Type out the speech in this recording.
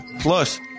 plus